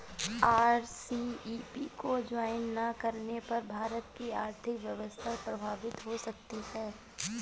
RCEP को join ना करने पर भारत की आर्थिक व्यवस्था प्रभावित हो सकती है